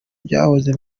byahoze